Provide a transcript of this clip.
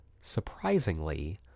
surprisingly